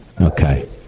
okay